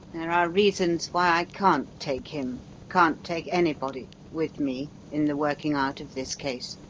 there are reasons why i can't take him can't take anybody with me in the working out of this case.